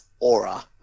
aura